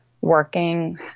working